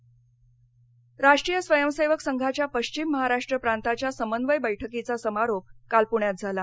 जनकल्याण समिती राष्ट्रीय स्वयंसेवक संघाच्या पश्चिम महाराष्ट्र प्रांताच्या समन्वय बैठकीचा समारोप काल पूण्यात झाला